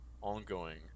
ongoing